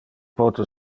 pote